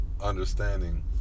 understanding